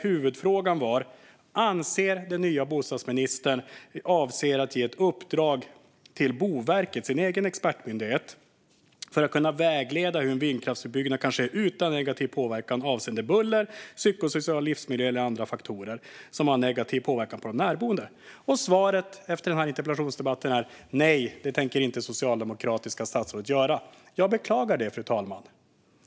Huvudfrågan var: Avser den nya bostadsministern att ge ett uppdrag till Boverket, den egna expertmyndigheten, att vägleda hur en vindkraftsutbyggnad avseende buller, psykosocial livsmiljö eller andra faktorer ska ske så att det inte blir negativ påverkan på de närboende? Svaret efter interpellationsdebatten är: Nej, det tänker inte det socialdemokratiska statsrådet göra. Jag beklagar det, fru talman.